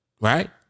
right